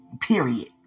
period